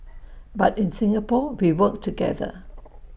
but in Singapore we work together